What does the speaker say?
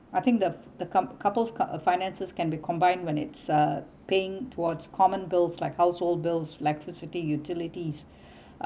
I think the f~ the coup~ couples card uh finances can be combined when it's a paying towards common bills like household bills electricity utilities uh